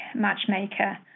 matchmaker